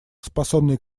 способный